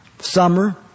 summer